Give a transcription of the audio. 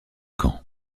caen